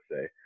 say